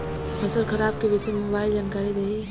फसल खराब के विषय में मोबाइल जानकारी देही